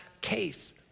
case